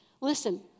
Listen